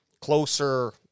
closer